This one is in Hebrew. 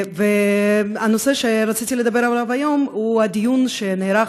הנושא שרציתי לדבר עליו היום הוא הדיון שנערך